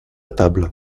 table